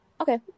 Okay